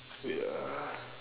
wait ah